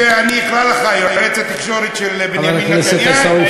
שאני אקרא לך: יועץ התקשורת של בנימין נתניהו.